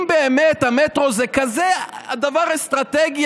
אם באמת המטרו זה כזה דבר אסטרטגי,